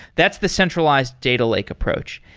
that's the centralized data lake approach.